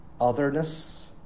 otherness